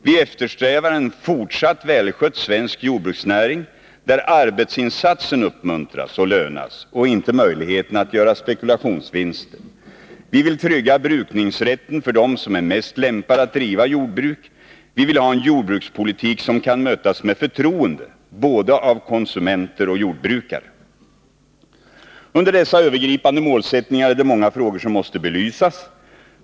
Vi eftersträvar en fortsatt välskött svensk jordbruksnäring, där arbetsinsatsen uppmuntras och lönas och inte möjligheten att göra spekulationsvinster. Vi vill trygga brukningsrätten för dem som är mest lämpade att driva jordbruk. Vi vill ha en jordbrukspolitik som kan mötas med förtroende av både konsumenter och jordbrukare. Under dessa övergripande målsättningar är det många frågor som måste belysas.